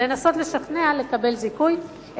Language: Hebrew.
לנסות לשכנע לקבל זיכוי,